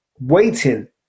waiting